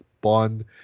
Bond